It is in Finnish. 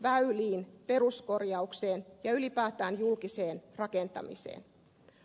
väyliin peruskorjaukseen ja ylipäätään julkiseen rakentamiseen